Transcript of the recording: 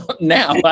now